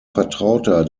vertrauter